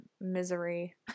misery